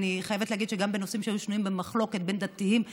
אני חייבת להגיד שגם בנושאים שהיו שנויים במחלוקת בין דתיים לחילונים,